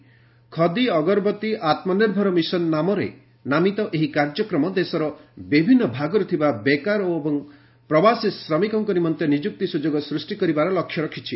'khadi Agarbatti Atmanirbhar Mission' ନାମରେ ନାମିତ ଏହି କାର୍ଯ୍ୟକ୍ରମ ଦେଶର ବିଭିନ୍ନ ଭାଗରେ ଥିବା ବେକାର ଏବଂ ପ୍ରବାସୀ ଶ୍ରମିକମାନଙ୍କ ନିମନ୍ତେ ନିଯୁକ୍ତି ସୁଯୋଗ ସୃଷ୍ଟି କରିବାର ଲକ୍ଷ୍ୟ ରଖିଛି